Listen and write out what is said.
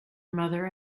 mother